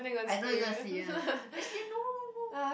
I know you gonna sleep one then she say no no no